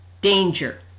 Danger